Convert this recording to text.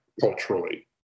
culturally